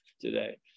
today